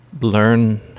learn